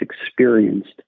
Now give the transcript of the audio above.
experienced